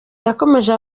yakomeje